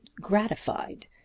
gratified